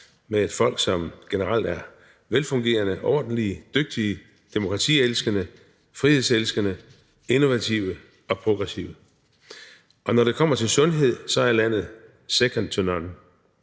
med et folk, som generelt er velfungerende, ordentlige, dygtige, demokratielskende, frihedselskende, innovative og progressive. Og når det kommer til sundhed, er landet second to none.